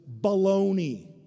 baloney